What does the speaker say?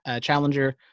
challenger